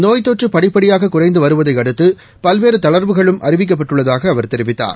நோய் தொற்று படிப்படியாக குறைந்து வருவதையடுத்து பல்வேறு தளா்வுகளும் அறிவிக்கப்பட்டுள்ளதாக அவர் தெரிவித்தார்